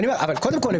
קודם כול,